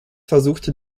versuchte